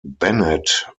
bennett